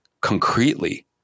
concretely